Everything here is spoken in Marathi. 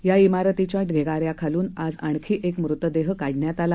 या ईमारतीच्या ढिगाऱ्याखालून आज आणखी एक मृतदेह काढण्यात आला